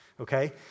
okay